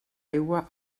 aigua